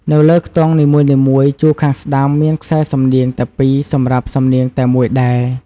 នៅលើខ្ទង់នីមួយៗ ជួរខាងស្ដាំ មានខ្សែសំនៀងតែ២សំរាប់សំនៀងតែមួយដែរ។